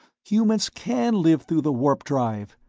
humans can live through the warp-drive!